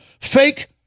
fake